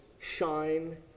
shine